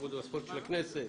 התרבות והספורט של הכנסת.